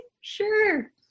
sure